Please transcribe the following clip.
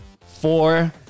four